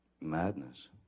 madness